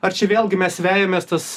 ar čia vėlgi mes vejamės tas